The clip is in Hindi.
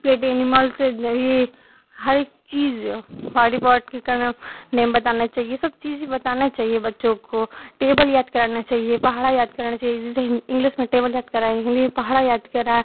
पेट एनिमल्स हरेक चीज बॉडी पार्ट कि का नाम नेम बताना चाहिए ये सब चीज बताना चाहिए बच्चों को टेबल याद कराना चाहिए पहाड़ा याद कराना चाहिए जैसे ही इंग्लिस में टेबल याद कराएं हिन्दी में पहाड़ा याद करा